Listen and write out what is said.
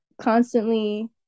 constantly